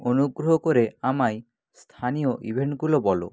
অনুগ্রহ করে আমায় স্থানীয় ইভেন্টগুলো বলো